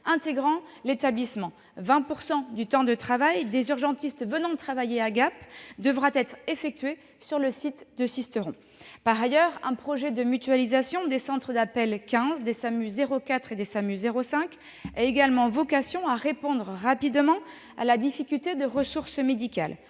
intégrant l'établissement. Environ 20 % du temps de travail des urgentistes venant travailler à Gap devra être effectué sur le site de Sisteron. Par ailleurs, un projet de mutualisation des centres d'appel 15, du SAMU 04 et du SAMU 05 a vocation à apporter une réponse rapide à ce manque de ressources médicales.